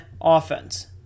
offense